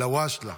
אלהואשלה.